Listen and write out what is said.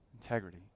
Integrity